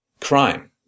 Crime